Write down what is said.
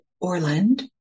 Orland